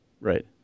Right